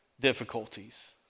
difficulties